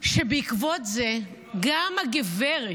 שבעקבות זה גם הגברת,